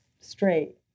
straight